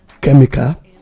chemical